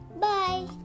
Bye